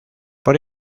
por